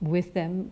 with them